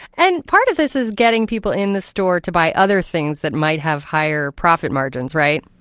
and part of this is getting people in the store to buy other things that might have higher profit margins, right?